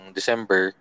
December